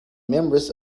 members